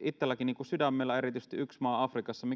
itsellänikin on sydämellä erityisesti yksi maa afrikassa